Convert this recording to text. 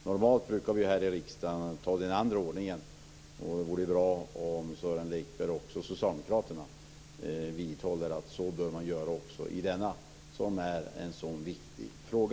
Normalt brukar vi ju här i riksdagen ta saken i omvänd ordning, och det vore bra om Sören Lekberg och Socialdemokraterna var av den uppfattningen att man bör göra så även i denna så viktiga fråga.